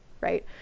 right